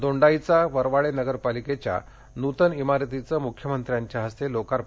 दोंडाईचा वरवाडे नगरपालिकेच्या नूतन इमारतीचं मुख्यमंत्र्यांच्या हस्ते लोकार्पण झालं